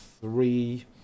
three